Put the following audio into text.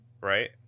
right